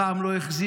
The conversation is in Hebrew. הפעם לא החזירו.